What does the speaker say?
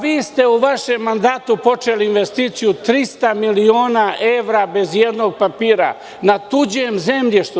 Vi ste u vašem mandatu počeli investiciju od 300 miliona evra bez ijednog papira na tuđem zemljištu.